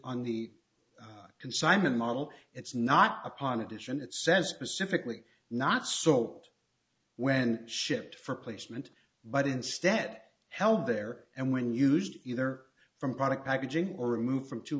on the consignment model it's not upon addition it says specifically not sought when shipped for placement but instead held there and when used either from product packaging or removed from too